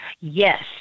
Yes